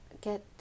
get